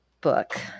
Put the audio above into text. book